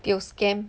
tio scam